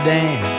Dan